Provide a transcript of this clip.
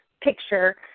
picture